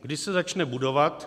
Kdy se začne budovat?